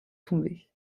tomber